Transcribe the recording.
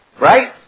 Right